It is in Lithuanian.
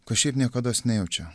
ko šiaip niekados nejaučia